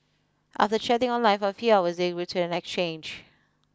after chatting online for a few hours they return exchange